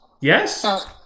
Yes